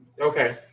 Okay